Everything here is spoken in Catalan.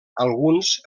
alguns